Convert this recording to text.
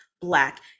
Black